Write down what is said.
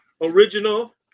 original